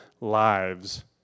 lives